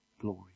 glory